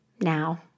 Now